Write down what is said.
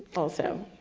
also.